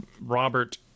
robert